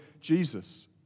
Jesus